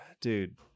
dude